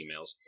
emails